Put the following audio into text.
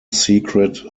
secret